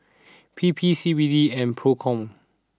P P C B D and Procom